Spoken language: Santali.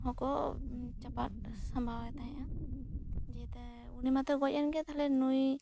ᱦᱚᱸᱠᱚ ᱪᱟᱯᱟ ᱥᱟᱵᱟᱭᱮ ᱛᱟᱭᱟ ᱡᱮ ᱟᱨ ᱩᱱᱤ ᱢᱟ ᱛᱚ ᱜᱚᱡ ᱮᱱᱜᱮ ᱛᱟᱦᱚᱞᱮ ᱱᱩᱭ